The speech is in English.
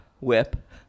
whip